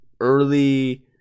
early